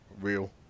real